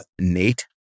Nate